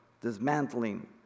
dismantling